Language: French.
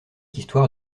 histoire